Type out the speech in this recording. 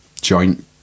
joint